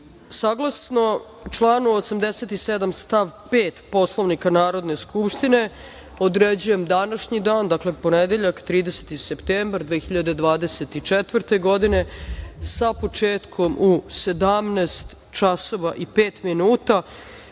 celini. Saglasno članu 87. stav 5. Poslovnika Narodne skupštine, određujem, današnji dan, ponedeljak, 30. septembar 2024. godine sa početkom u 17.05